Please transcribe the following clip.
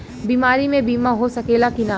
बीमारी मे बीमा हो सकेला कि ना?